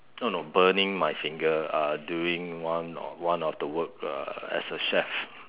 no no burning my finger uh during one of one of the work uh as a chef